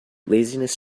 laziness